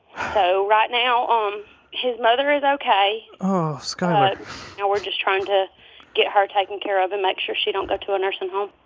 so right now, um his mother is ok oh, skyler now we're just trying to get her taken care of and make sure she don't go to a nursing home